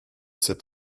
cet